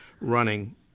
running